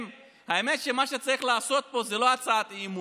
האמת שמה שצריך לעשות פה זה לא הצעת אי-אמון.